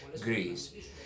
Greece